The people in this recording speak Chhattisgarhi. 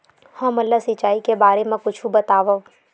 हमन ला सिंचाई के बारे मा कुछु बतावव?